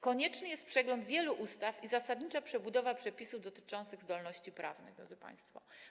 Konieczny jest przegląd wielu ustaw i zasadnicza przebudowa przepisów dotyczących zdolności prawnych, drodzy państwo.